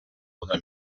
una